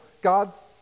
God's